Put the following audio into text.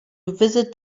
visit